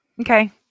Okay